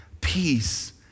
peace